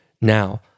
Now